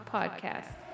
Podcast